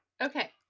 Okay